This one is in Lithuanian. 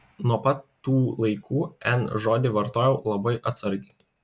nuo pat tų laikų n žodį vartoju labai atsargiai